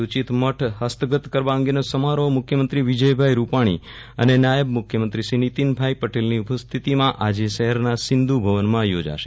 સૂચિત મઠ હસ્તગત કરવા અંગેનો સમારોહ મુખ્યમંત્રી શ્રી વિજયભાઈ રૂપાલી અને નાયબ મુખ્યમંત્રી શ્રી નીતિનભાઈ પટેલની ઉપસ્થિતીમાે શહેરના સિંધુ ભવનમાં યોજાશે